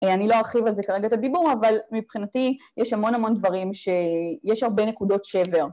אני לא ארחיב על זה כרגע את הדיבור אבל מבחינתי יש המון המון דברים שיש הרבה נקודות שבר